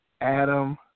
Adam